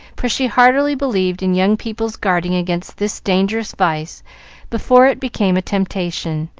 for she heartily believed in young people's guarding against this dangerous vice before it became a temptation,